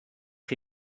chi